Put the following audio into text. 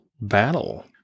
battle